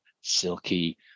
silky